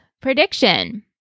Prediction